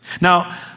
Now